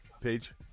page